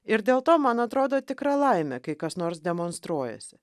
ir dėl to man atrodo tikra laimė kai kas nors demonstruojasi